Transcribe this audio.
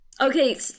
Okay